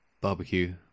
barbecue